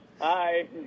Hi